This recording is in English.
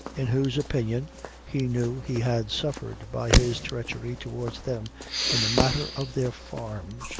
in whose opinion he knew he had suffered by his treachery towards them in the matter of their farm.